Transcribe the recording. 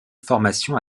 formations